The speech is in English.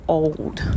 old